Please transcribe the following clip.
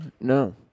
No